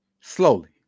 Slowly